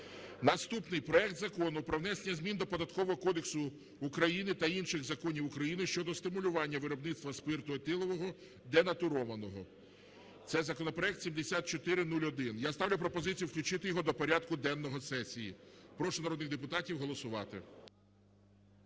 Наступний проект Закону про внесення змін до Податкового кодексу України та інших законів України щодо стимулювання виробництва спирту етилового денатурованого. Це законопроект 7401. Я ставлю пропозицію включити його до порядку денного сесії. Прошу народних депутатів голосувати.